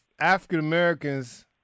African-Americans